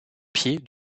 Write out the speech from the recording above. pied